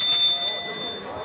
Tak,